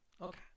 Okay